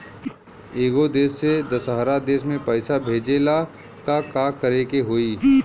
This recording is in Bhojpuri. एगो देश से दशहरा देश मे पैसा भेजे ला का करेके होई?